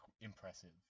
impressive